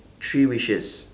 three wishes